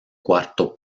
cuarto